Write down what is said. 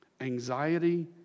Anxiety